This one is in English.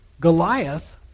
Goliath